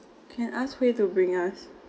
can ask Hue to bring us